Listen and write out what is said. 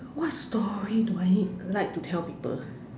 what story do I need like to tell people